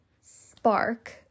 spark